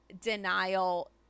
denial